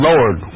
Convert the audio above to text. Lord